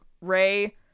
Ray